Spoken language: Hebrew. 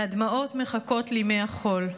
והדמעות מחכות לימי החול.